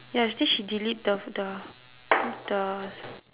ya I think she delete the the the